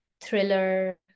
thriller